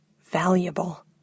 valuable